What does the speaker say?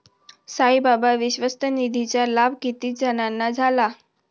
साईबाबा विश्वस्त निधीचा लाभ किती जणांना झाला?